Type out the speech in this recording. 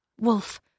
Wolf